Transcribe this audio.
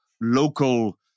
local